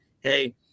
hey